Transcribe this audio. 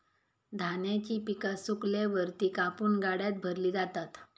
धान्याची पिका सुकल्यावर ती कापून गाड्यात भरली जातात